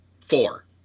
Four